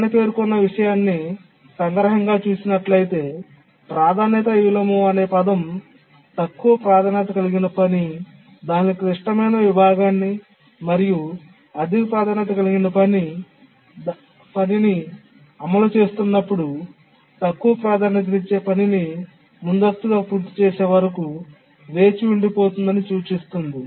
పైన పేర్కొన్న విషయాన్ని సంగ్రహంగా చూసినట్లయితే ప్రాధాన్యత విలోమం అనే పదం తక్కువ ప్రాధాన్యత కలిగిన పని దాని క్లిష్టమైన విభాగాన్ని మరియు అధిక ప్రాధాన్యత కలిగిన పనిని అమలు చేస్తున్నప్పుడు తక్కువ ప్రాధాన్యతనిచ్చే పనిని ముందస్తుగా పూర్తి చేసే వరకు వేచి ఉండిపోతుందని సూచిస్తుంది